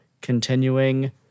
continuing